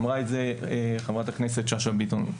אמרה את זה חברת הכנסת שאשא ביטון.